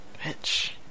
bitch